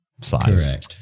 size